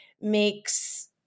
makes